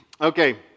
Okay